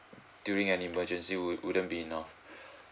during an emergency would wouldn't be enough